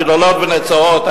גדולות ונצורות.